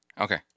Okay